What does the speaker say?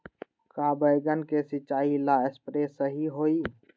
का बैगन के सिचाई ला सप्रे सही होई?